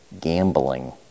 gambling